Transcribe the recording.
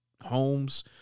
homes